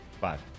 Five